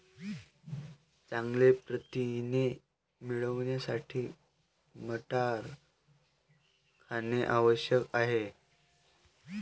चांगले प्रथिने मिळवण्यासाठी मटार खाणे आवश्यक आहे